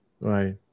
Right